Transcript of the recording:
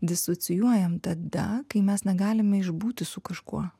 disocijuojam tada kai mes negalime išbūti su kažkuo